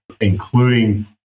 including